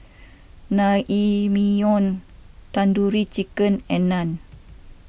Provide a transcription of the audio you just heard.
Naengmyeon Tandoori Chicken and Naan